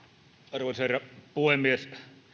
arvoisa herra puhemies